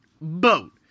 boat